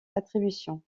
attributions